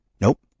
Nope